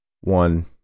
one